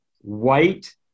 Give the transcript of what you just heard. white